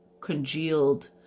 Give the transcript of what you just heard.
congealed